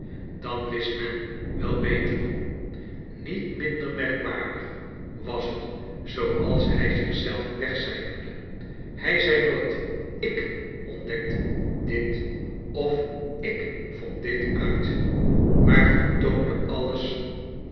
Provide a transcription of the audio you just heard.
dan wist men wel beter niet minder merkwaardig was t zooals hij zich zelf wegcijferde hij zei nooit i k ontdckte dit of i k vend dit uit maar vertoonde alles